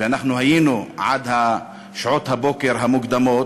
ואנחנו היינו עד שעות הבוקר המוקדמות,